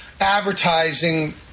advertising